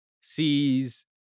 sees